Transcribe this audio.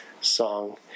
song